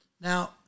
Now